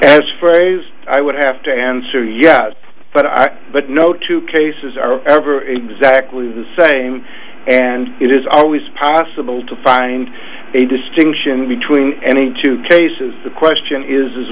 as phrased i would have to answer yes but i but no two cases are ever exactly the same and it is always possible to find a distinction between any two cases the question is